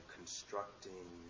constructing